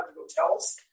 hotels